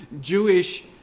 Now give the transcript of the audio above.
Jewish